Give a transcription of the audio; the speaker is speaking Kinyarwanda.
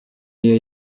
ariyo